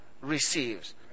receives